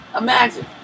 Imagine